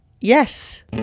Yes